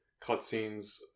cutscenes